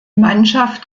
mannschaft